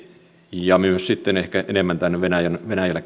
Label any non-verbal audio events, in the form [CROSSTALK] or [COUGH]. ja myös sitten ehkä enemmän muuhunkin venäjällä [UNINTELLIGIBLE]